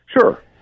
Sure